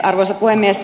arvoisa puhemies